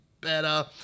better